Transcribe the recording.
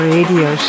Radio